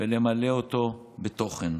ולמלא אותו בתוכן.